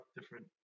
different